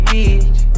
Beach